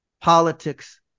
politics